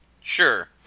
sure